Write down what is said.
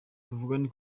tuvuge